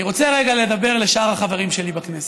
אני רוצה רגע לדבר לשאר החברים שלי בכנסת.